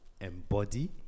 embody